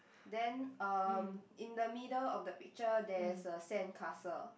then um in the middle of the picture there's a sandcastle